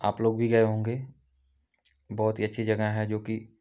आपलोग भी गए होंगे बहुत ही अच्छी जगह है जोकि